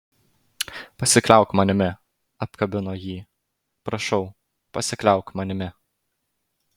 pasikliauk manimi apkabino jį prašau pasikliauk manimi